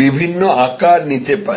বিভিন্ন আকার নিতে পারে